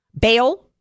bail